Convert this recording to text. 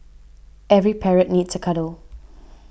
every parrot needs a cuddle